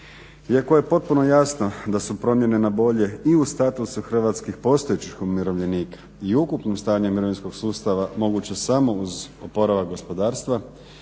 Iako je potpuno jasno da su promjene na bolje i u statusu hrvatskih postojećih umirovljenika i ukupno stanje mirovinskog sustava moguće samo uz oporavak gospodarstva